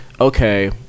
okay